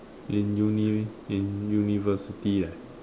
in uni in university leh